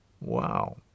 Wow